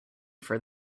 for